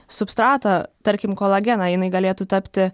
substratą tarkim kolageną jinai galėtų tapti